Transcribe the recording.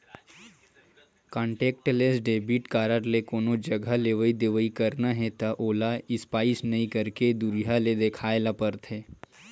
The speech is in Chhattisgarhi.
कांटेक्टलेस डेबिट कारड ले कोनो जघा लेवइ देवइ करना हे त ओला स्पाइप नइ करके दुरिहा ले देखाए ल परथे